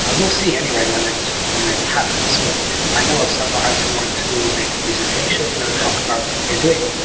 we'll see anyway when it when it happens. but i know of some baha'is who want to make a presentation or talk about what they're doing.